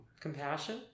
compassion